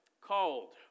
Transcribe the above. called